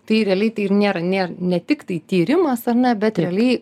tai realiai tai ir nėra nėr ne tiktai tyrimas ar ne bet realiai